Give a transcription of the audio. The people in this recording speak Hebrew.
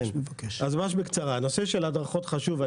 ממש בקצרה, הנושא של הדרכות הוא חשוב.